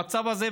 המצב הזה,